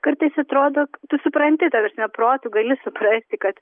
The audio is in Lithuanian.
kartais atrodo tu supranti taprasme protu gali suprasti kad